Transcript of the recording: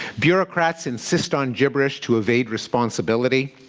bureaucrats insist on gibberish to evade responsibility.